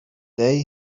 day